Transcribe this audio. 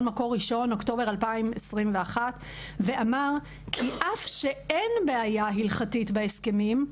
מקור ראשון אוקטובר 2021 ואמר כי אף שאין בעיה הלכתית בהסכמים,